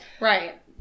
Right